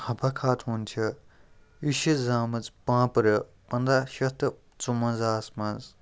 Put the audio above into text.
حبہ خاتوٗن چھِ یہِ چھِ زامٕژ پانٛپرٕ پنٛداہ شیٚتھ تہٕ ژُوَنٛزاہَس منٛز